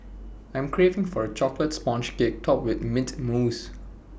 I'm craving for A Chocolate Sponge Cake Topped with Mint Mousse